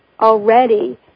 already